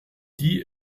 die